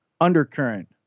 undercurrent